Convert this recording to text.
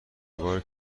بار